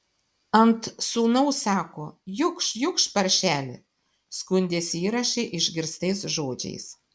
ant sūnaus sako jukš jukš paršeli skundėsi įraše išgirstais žodžiais